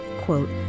quote